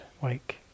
wake